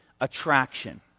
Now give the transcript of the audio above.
Attraction